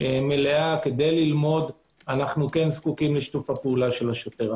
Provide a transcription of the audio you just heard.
מלאה כדי ללמוד אנו כן זקוקים לשיתוף הפעולה של השוטר.